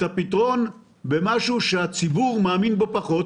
הפתרון למשהו שהציבור מאמין בו פחות.